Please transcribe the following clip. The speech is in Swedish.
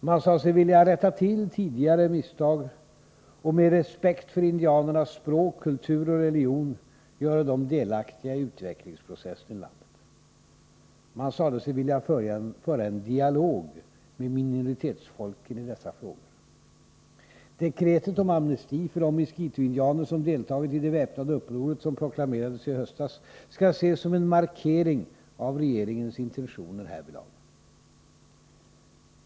Man sade sig vilja rätta till tidigare misstag och med respekt för indianernas språk, kultur och religion göra dem delaktiga i utvecklingsprocessen i landet. Man sade sig vilja föra en dialog med minoritetsfolken i dessa frågor. Dekretet om amnesti för de miskitoindianer som deltagit i det väpnade upproret som proklamerades i höstas skall ses som en markering av regeringens intentioner härvidlag.